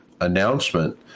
announcement